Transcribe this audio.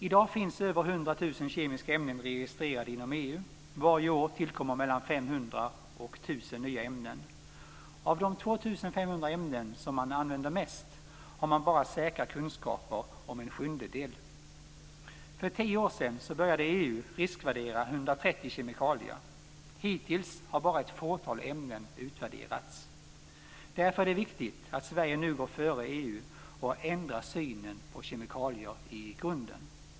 I dag finns över 100 000 kemiska ämnen registrerade inom EU. Varje år tillkommer mellan 500 och 1 000 nya ämnen. Av de 2 500 ämnen som man använder mest har man bara säkra kunskaper om en sjundedel. För tio år sedan började EU riskvärdera 130 kemikalier. Hittills har bara ett fåtal ämnen utvärderats. Därför är det viktigt att Sverige nu går före EU och ändrar synen på kemikalier i grunden.